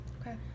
Okay